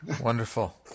Wonderful